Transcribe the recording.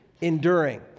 enduring